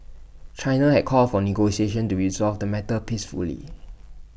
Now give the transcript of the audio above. China has called for negotiations to resolve the matter peacefully